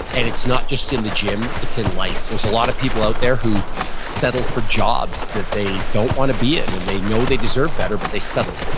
and it's not just in the gym, it's in life. there's a lot of people out there who settle for jobs that they don't want to be in and they know that they deserve better but they settle.